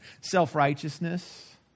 Self-righteousness